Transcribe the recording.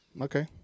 Okay